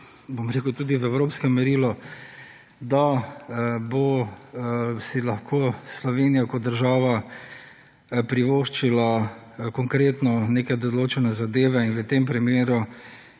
bom rekel, tudi v evropskem merilu, da bo si lahko Slovenija kot država privoščila konkretno neke določene zadeve. In v tem primeru